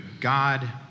God